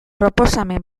proposamen